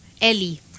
Ellie